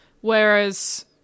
whereas